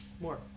More